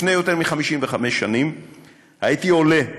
לפני יותר מ-55 שנים הייתי עולה.